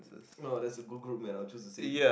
no that's a good group man I will choose the same